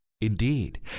indeed